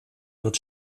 wird